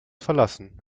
verlassen